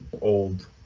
old